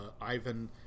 Ivan